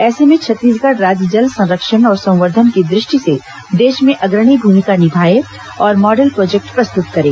ऐसे में छत्तीसगढ़ राज्य जल संरक्षण और संवर्धन की द ष्टि से देश में अग्रणी भूमिका निभाए और मॉडल प्रोजेक्ट प्रस्तुत करे